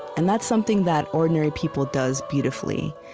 and that's something that ordinary people does beautifully.